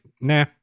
Nah